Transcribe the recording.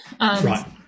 Right